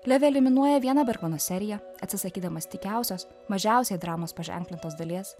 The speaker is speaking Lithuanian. levi eliminuoja vieną bergmano seriją atsisakydamas tykiausios mažiausiai dramos paženklintos dalies